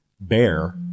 Bear